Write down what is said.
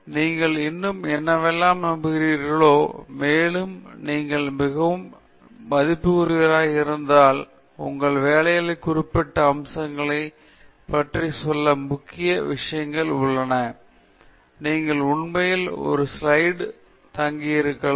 உண்மையில் நீங்கள் இன்னும் என்னவெல்லாம் நம்புகிறீர்களோ மேலும் நீங்கள் மிகவும் மதிப்புமிக்கவராய் இருந்தால் உங்கள் வேலைகளின் குறிப்பிட்ட அம்சங்களைப் பற்றி சொல்ல முக்கிய விஷயங்கள் உள்ளன நீங்கள் உண்மையில் குறைந்த எண்ணிக்கையிலான ஸ்லைடுகள் மற்றும் பல நிமிடங்கள் நீங்கள் உண்மையில் ஒரு ஸ்லைடு தங்கியிருக்கலாம் ஸ்லைடுல் உள்ளதை உள்ளிடுவதை பார்வையாளர்கள் அனுமதிக்கலாம் மேலும் விரிவான ஸ்லைடுல் விவாதிக்கவும்